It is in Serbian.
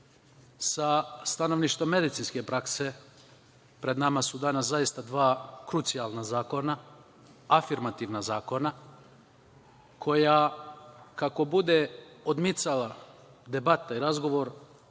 sa stanovišta medicinske prakse pred nama su danas zaista dva krucijalna zakona, afirmativna zakona koja kako bude odmicala debata i razgovor